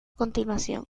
continuación